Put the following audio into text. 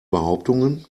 behauptungen